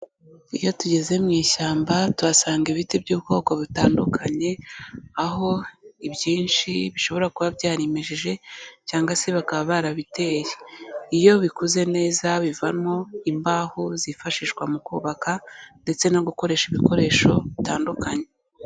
Iyo tugeze mu ishyamba tuhasanga ibiti by'ubwoko butandukanye, aho ibyinshi bishobora kuba byarimeshije cyangwa se bakaba barabiteye. Iyo bikuze neza bivamwo imbaho zifashishwa mu kubaka, ndetse no gukoresha ibikoresho bitandukanye.